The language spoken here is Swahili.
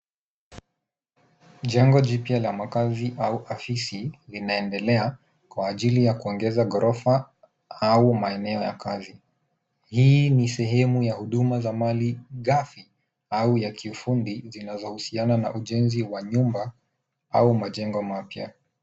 Jengo jipya la makazi au afisi linaendelea kwa ajili ya kuongeza ghorofa au maeneo ya kazi. Hii ni sehemu ya huduma za mali ghafi au ya kiufundi zinazohusiana na ujenzi wa nyumba au majengo mapya.